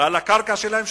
ועל הקרקע שלהם,